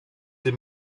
die